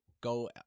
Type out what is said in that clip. go